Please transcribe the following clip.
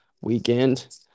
weekend